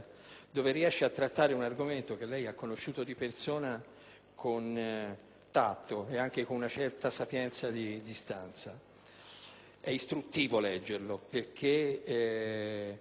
quale riesce a trattare un argomento che ha conosciuto di persona con tatto e anche con una certa sapienza, quella della distanza. È istruttivo leggerla, perché